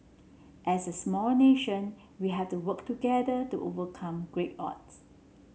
as a small nation we have to work together to overcome great odds